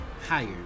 higher